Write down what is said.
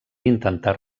intentar